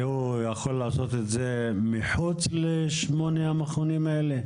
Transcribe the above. והוא יכול לעשות את זה מחוץ לשמונה המכונים האלה?